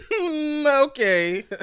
Okay